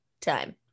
time